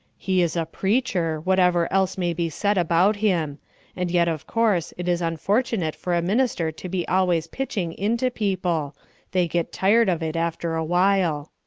he is a preacher, whatever else may be said about him and yet of course it is unfortunate for a minister to be always pitching into people they get tired of it after a while.